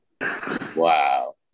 Wow